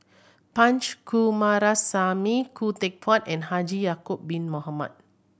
Punch Coomaraswamy Khoo Teck Puat and Haji Ya'acob Bin Mohamed